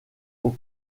aux